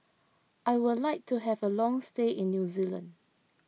I would like to have a long stay in New Zealand